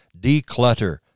declutter